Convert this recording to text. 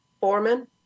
Foreman